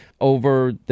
over